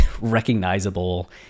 recognizable